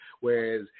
Whereas